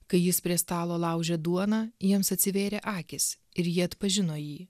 kai jis prie stalo laužė duoną jiems atsivėrė akys ir jie atpažino jį